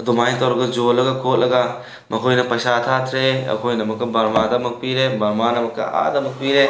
ꯑꯗꯨꯃꯥꯏꯅ ꯇꯧꯔꯒ ꯌꯣꯜꯂꯒ ꯈꯣꯠꯂꯒ ꯃꯈꯣꯏꯅ ꯄꯩꯁꯥ ꯊꯥꯊꯔꯦ ꯑꯩꯈꯣꯏꯅ ꯑꯃꯨꯛꯀ ꯑꯃꯨꯛ ꯕꯔꯃꯥꯗ ꯑꯃꯨꯛ ꯄꯤꯔꯦ ꯕꯔꯃꯥꯅ ꯑꯃꯨꯛꯀ ꯑꯥꯗ ꯑꯃꯨꯛ ꯄꯤꯔꯦ